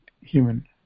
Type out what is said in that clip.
human